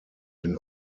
den